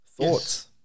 Thoughts